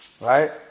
right